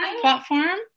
platform